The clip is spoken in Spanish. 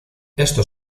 esto